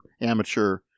amateur